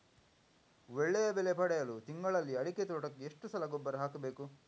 ಒಳ್ಳೆಯ ಬೆಲೆ ಪಡೆಯಲು ತಿಂಗಳಲ್ಲಿ ಅಡಿಕೆ ತೋಟಕ್ಕೆ ಎಷ್ಟು ಸಲ ಗೊಬ್ಬರ ಹಾಕಬೇಕು?